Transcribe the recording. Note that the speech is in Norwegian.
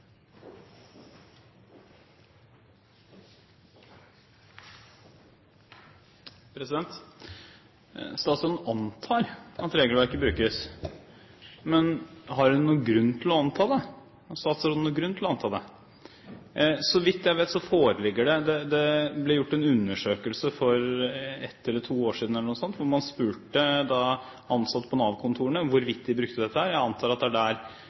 det. Statsråden antar at regelverket brukes. Men har statsråden noen grunn til å anta det? Så vidt jeg vet, ble det gjort en undersøkelse for et eller to år siden hvor man spurte de ansatte ved Nav-kontorene hvorvidt de brukte dette. Jeg antar at det er der